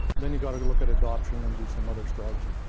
then, you've gotta go look at adoption and do some other strategy.